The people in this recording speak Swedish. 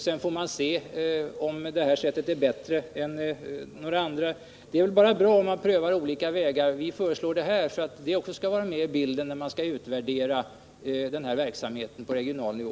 Sedan får vi se om det sättet är bättre än några andra. Det är väl bara bra om man prövar olika vägar, och vi vill att den väg vi föreslår också skall vara med i bilden när man skall utvärdera verksamheten på regional nivå.